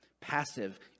passive